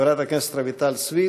חברת הכנסת רויטל סויד,